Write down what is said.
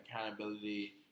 accountability